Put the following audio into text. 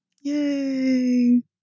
Yay